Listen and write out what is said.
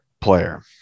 player